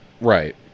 right